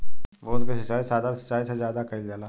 बूंद क सिचाई साधारण सिचाई से ज्यादा कईल जाला